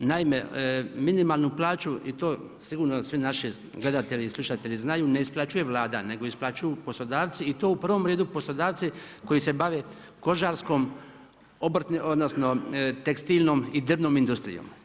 Naime, minimalnu plaću i to sigurno svi naši gledatelji i slušatelji znaju, ne isplaćuje Vlada nego isplaćuju poslodavci i to u prvom redu poslodavci koji se bave kožarskom, tekstilnom i drvnom industrijom.